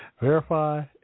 verify